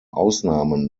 ausnahmen